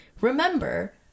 Remember